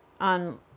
on